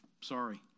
Sorry